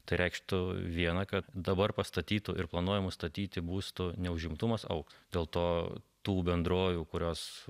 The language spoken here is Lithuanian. tai reikštų viena kad dabar pastatytų ir planuojamų statyti būstų neužimtumas augs dėl to tų bendrovių kurios